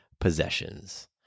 possessions